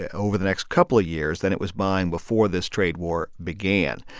ah over the next couple of years than it was buying before this trade war began.